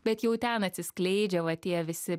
bet jau ten atsiskleidžia va tie visi